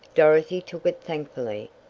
dorothy took it thankfully,